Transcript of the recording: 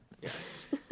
Yes